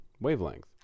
wavelength